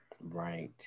Right